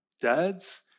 dads